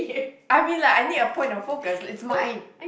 I mean like I need a point of focus it's mine